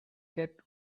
get